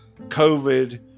COVID